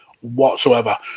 whatsoever